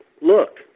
look